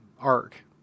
arc